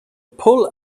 pull